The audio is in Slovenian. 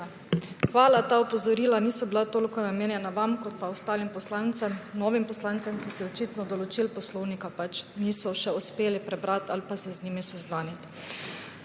Hvala. Ta opozorila niso bila toliko namenjena vam kot pa ostalim poslancem, novim poslancem, ki si očitno določil poslovnika pač še niso uspeli prebrati ali pa se z njimi seznaniti.